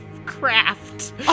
craft